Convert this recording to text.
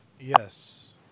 Yes